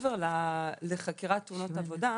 מעבר לחקירת תאונות עבודה,